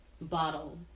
bottle